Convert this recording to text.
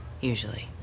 Usually